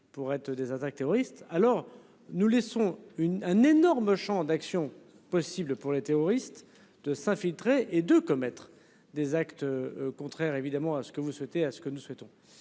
pour être des attaques terroristes, alors nous laissons une un énorme Champ d'action possibles pour les terroristes de s'infiltrer et de commettre des actes. Contraires évidemment à ce que vous souhaitez, à ce que nous souhaitons